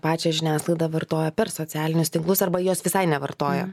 pačią žiniasklaidą vartoja per socialinius tinklus arba jos visai nevartoja